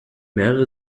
mehrere